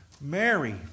Mary